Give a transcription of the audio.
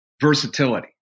versatility